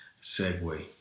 segue